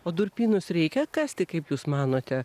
o durpynus reikia kasti kaip jūs manote